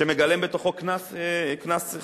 שמגלם בתוכו קנס חסימה.